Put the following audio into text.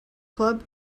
club